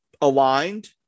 aligned